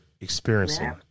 experiencing